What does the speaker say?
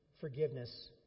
forgiveness